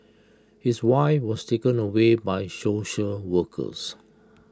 his wife was taken away by social workers